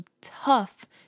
tough